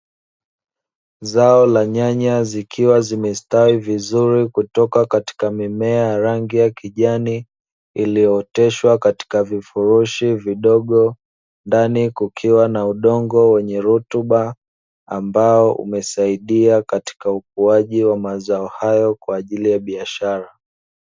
Zao la nyanya zikiwa zimestawi vizuri kutoka katika mimea ya rangi ya kijani, iliyooteshwa katika vifurushi vidogo; ndani kukiwa na udongo wenye rutuba, ambao umesaidia katika ukuaji wa mazao hayo kwa ajili ya biashara.